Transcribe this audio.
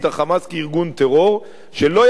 כארגון טרור שלא יכול היה,